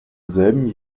selben